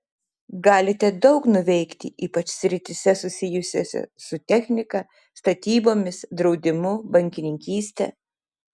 galite daug nuveikti ypač srityse susijusiose su technika statybomis draudimu bankininkyste